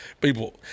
people